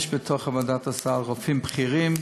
יש בוועדת הסל רופאים בכירים,